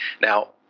Now